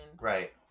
Right